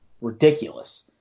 ridiculous